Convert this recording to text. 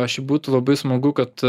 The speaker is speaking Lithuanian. aš būtų labai smagu kad